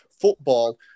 Football